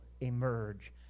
emerge